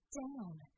down